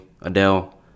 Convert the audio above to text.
Adele